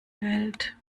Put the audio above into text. welt